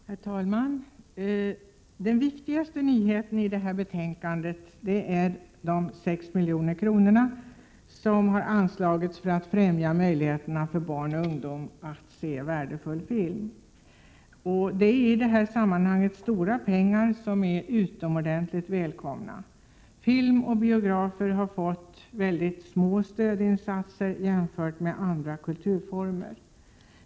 Herr talman! Den viktigaste nyheten i detta betänkande är de 6 milj.kr. som har anslagits för att främja möjligheterna för barn och ungdom att se värdefull film. Det är i detta sammanhang stora pengar, som är utomordentligt välkomna. Film och biografer har fått små stödinsatser jämfört med andra kulturformer.